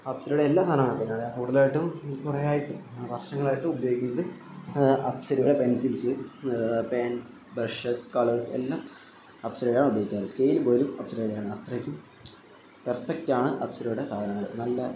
അപ്സരയുടെ എല്ലാ സാധനങ്ങളും അങ്ങനെ തന്നെയാണ് കൂടുതലായിട്ടും കുറേയായിട്ടും വർഷങ്ങളായിട്ടും ഉപയോഗിക്കുന്നത് അപ്സരയുടെ പെൻസിൽസ് പെൻസ് ബ്രഷസ് കളേഴ്സ് എല്ലാം അപ്സരയുടേതാണ് ഉപയോഗിക്കാറ് സ്കെയിൽ പോലും അപ്സരയുടേതാണ് അത്രക്കും പെർഫെക്റ്റാണ് അപ്സരയുടെ സാധനങ്ങള് നല്ല